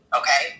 okay